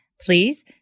Please